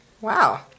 Wow